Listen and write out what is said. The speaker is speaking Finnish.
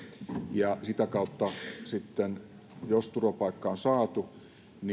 ja sitä kautta jos turvapaikka on saatu